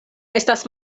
estas